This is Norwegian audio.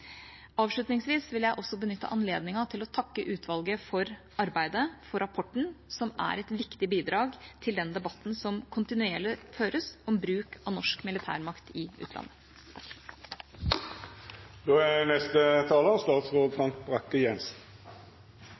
Avslutningsvis vil jeg benytte anledningen til å takke utvalget for arbeidet og rapporten, som er et viktig bidrag til den debatten som kontinuerlig føres om bruk av norsk militærmakt i utlandet.